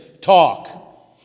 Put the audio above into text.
talk